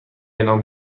اعلام